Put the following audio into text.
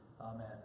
Amen